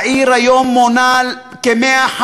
העיר היום מונה כ-150,000,